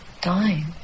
dying